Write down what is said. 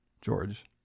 George